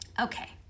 Okay